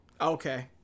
Okay